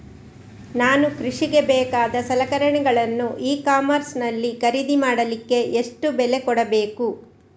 ನಾನು ಕೃಷಿಗೆ ಬೇಕಾದ ಸಲಕರಣೆಗಳನ್ನು ಇ ಕಾಮರ್ಸ್ ನಲ್ಲಿ ಖರೀದಿ ಮಾಡಲಿಕ್ಕೆ ಎಷ್ಟು ಬೆಲೆ ಕೊಡಬೇಕು?